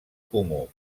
comú